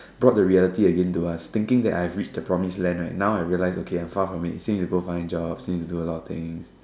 brought the reality again to us thinking that I think I have reached the promise land right now I realise okay I am far from it still need to go find a job still need to do a lot of things